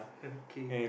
K